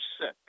sick